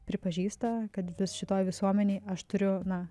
pripažįsta kad vis šitoj visuomenėj aš turiu na